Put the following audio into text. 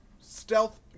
stealth